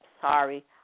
sorry